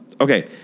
okay